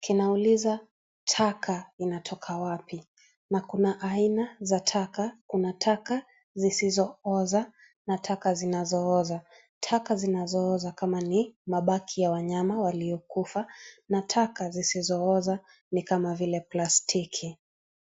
Kinauliza taka unatoka wapi? Na kuna aina za taka. Kuna taka sizizooza na taka zinazooza. Taka zinazooza kama ni mabaki ya wanyama waliokufa. Na taka sizizooza ni kama vile plastiki.